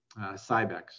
Cybex